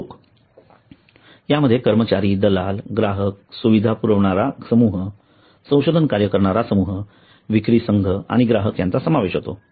लोक यामध्ये कर्मचारी दलाल ग्राहक सुविधा पुरविणारा समूह संशोधन कार्य करणारा समूह विक्री संघ आणि ग्राहक यांचा समावेश होतो